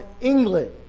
England